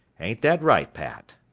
aint that right, pat?